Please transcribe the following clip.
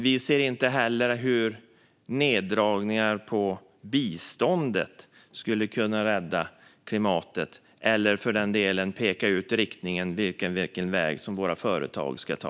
Vi ser inte heller hur neddragningar på biståndet skulle kunna rädda klimatet eller för den delen peka ut vilken väg våra företag ska ta.